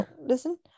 listen